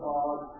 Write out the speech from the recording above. God